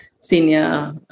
senior